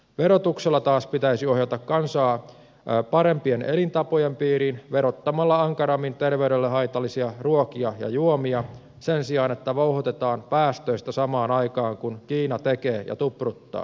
verotuksella taas pitäisi ohjata kansaa parempien elintapojen piiriin verottamalla ankarammin terveydelle haitallisia ruokia ja juomia sen sijaan että vouhotetaan päästöistä samaan aikaan kun kiina tekee ja tupruttaa